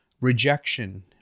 rejection